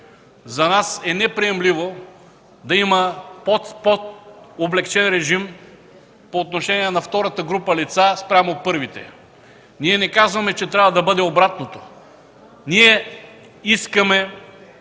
За нас е неприемливо да има по-облекчен режим по отношение на втората група лица спрямо първата. Ние не казваме, че трябва да бъде обратното. Ние искаме